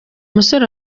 musore